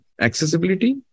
Accessibility